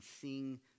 sing